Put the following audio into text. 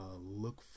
look